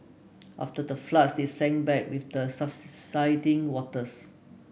after the floods they sink back with the subsiding waters